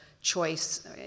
choice